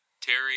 Terry